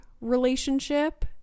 relationship